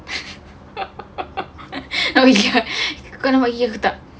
apa dia cakap aku nak buat dia ke tak